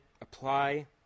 apply